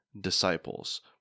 disciples